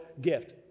gift